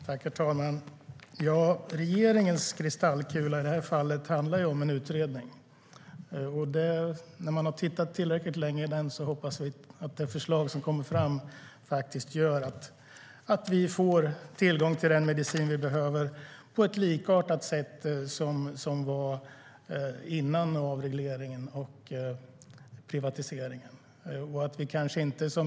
Herr talman! Regeringens kristallkula handlar i det här fallet om en utredning. När man har tittat tillräckligt länge i den hoppas vi att det förslag som kommer fram gör att vi får tillgång till den medicin vi behöver på ett sätt som liknar hur det var före avregleringen och privatiseringen.